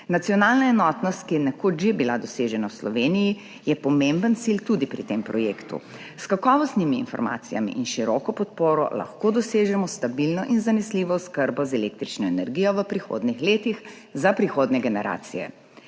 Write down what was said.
Nacionalna enotnost, ki je nekoč že bila dosežena v Sloveniji, je pomemben cilj tudi pri tem projektu. S kakovostnimi informacijami in široko podporo lahko dosežemo stabilno in zanesljivo oskrbo z električno energijo v prihodnjih letih za prihodnje generacije.